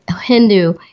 Hindu